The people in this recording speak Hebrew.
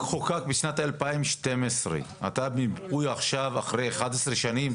חוקק בשנת 2012. אתה במיפוי עכשיו אחרי 11 שנים?